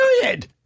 Period